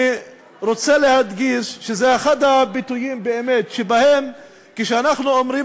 אני רוצה להדגיש שזה באמת אחד הביטויים שבהם כשאנחנו אומרים